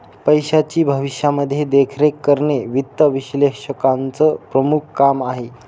पैशाची भविष्यामध्ये देखरेख करणे वित्त विश्लेषकाचं प्रमुख काम आहे